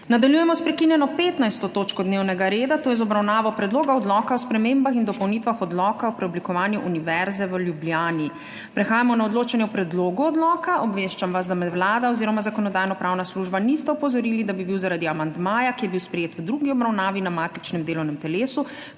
Nadaljujemo s prekinjeno 15. točko dnevnega reda, to je z obravnavo Predloga odloka o spremembah in dopolnitvah Odloka o preoblikovanju Univerze v Ljubljani. Prehajamo na odločanje o predlogu odloka. Obveščam vas, da me Vlada oziroma Zakonodajno-pravna služba nista opozorili, da bi bil zaradi amandmaja, ki je bil sprejet v drugi obravnavi na matičnem delovnem telesu,